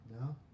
No